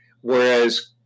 Whereas